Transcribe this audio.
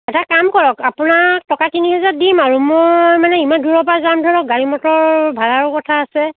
এটা কাম কৰক আপোনাক টকা তিনিহাজাৰ দিম আৰু মোৰ মানে ইমান দূৰৰ পা যাম ধৰক গাড়ী মটৰৰ ভাড়াৰো কথা আছে